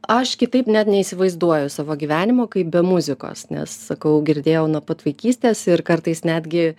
aš kitaip net neįsivaizduoju savo gyvenimo kaip be muzikos nes sakau girdėjau nuo pat vaikystės ir kartais netgi